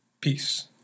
Peace